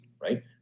right